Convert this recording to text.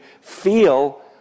feel